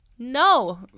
No